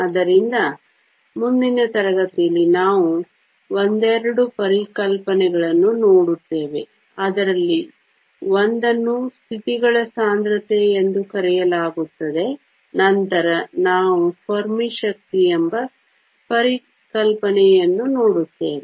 ಆದ್ದರಿಂದ ಮುಂದಿನ ತರಗತಿಯಲ್ಲಿ ನಾವು ಒಂದೆರಡು ಪರಿಕಲ್ಪನೆಗಳನ್ನು ನೋಡುತ್ತೇವೆ ಅದರಲ್ಲಿ ಒಂದನ್ನು ಸ್ಥಿತಿಗಳ ಸಾಂದ್ರತೆ ಎಂದು ಕರೆಯಲಾಗುತ್ತದೆ ನಂತರ ನಾವು ಫೆರ್ಮಿ ಶಕ್ತಿ ಎಂಬ ಪರಿಕಲ್ಪನೆಯನ್ನೂ ನೋಡುತ್ತೇವೆ